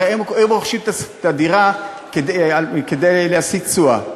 הרי הם רוכשים את הדירה כדי להשיג תשואה,